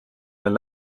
veel